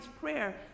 prayer